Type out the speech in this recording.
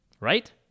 Right